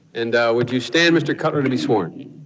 and would you stand, mr. cutler, to be sworn?